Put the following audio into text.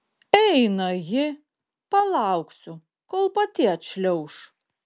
eina ji palauksiu kol pati atšliauš